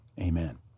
amen